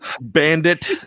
Bandit